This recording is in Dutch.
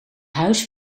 huis